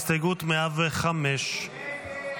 הסתייגות 104 לא התקבלה.